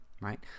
right